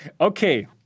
Okay